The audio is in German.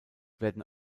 werden